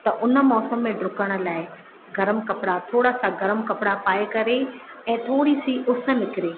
त उन मौसमु में ॾुकण लाइ गर्म कपिड़ा थोरा सां गरम कपिड़ा पाए करे ऐं थोरी सी उस निकिरे